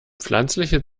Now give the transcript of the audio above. pflanzliche